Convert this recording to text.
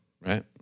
Right